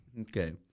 okay